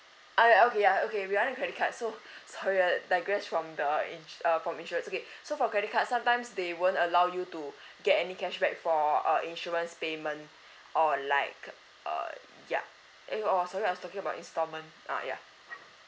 I okay ya okay we're on credit card so sorry I digress from the ins~ uh from insurance okay so for credit card sometimes they won't allow you to get any cashback for uh insurance payment or like uh ya eh oh sorry I was talking about installment uh ya